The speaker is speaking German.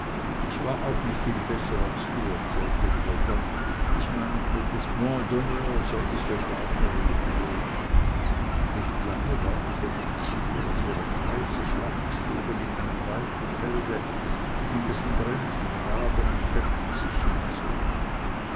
ich war auch nicht viel besser als du erzählte er mir dann ich meinte das point d'honneur sei des soldaten religion nicht lange war ich offizier als wir eine heiße schlacht schlugen in weitem felde an dessen grenzen graben und hecken sich hinzogen